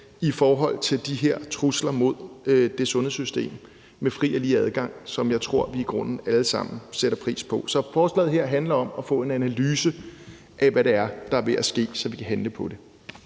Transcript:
i forhold til de her trusler mod det sundhedssystem med fri og lige adgang, som jeg tror vi i grunden alle sammen sætter pris på. Så forslaget her handler om at få en analyse af, hvad det er, der er ved at ske, så vi kan handle på det.